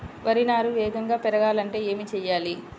వరి నారు వేగంగా పెరగాలంటే ఏమి చెయ్యాలి?